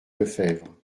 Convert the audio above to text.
lefebvre